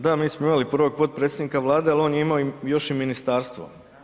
Da, mi smo imali prvog potpredsjednika Vlade ali on je imao još i ministarstvo.